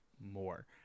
more